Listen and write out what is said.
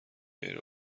غیر